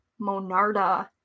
monarda